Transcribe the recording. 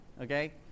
okay